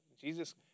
Jesus